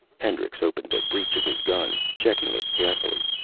hendricks opened the breech of his gun, checking it carefully.